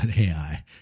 AI